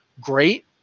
great